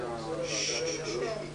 האוצר.